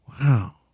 Wow